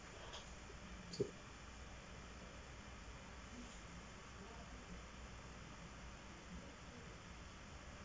so